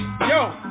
yo